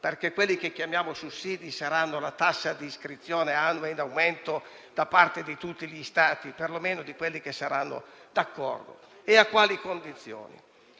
perché quelli che chiamiamo sussidi saranno la tassa d'iscrizione annua in aumento da parte di tutti gli Stati, per lo meno di quelli che saranno d'accordo. Secondo